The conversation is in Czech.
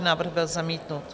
Návrh byl zamítnut.